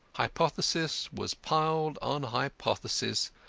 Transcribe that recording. hypothesis was piled on hypothesis,